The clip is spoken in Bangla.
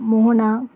মোহনা